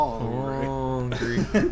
hungry